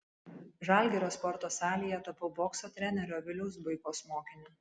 žalgirio sporto salėje tapau bokso trenerio viliaus buikos mokiniu